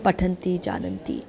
पठन्ति जानन्ति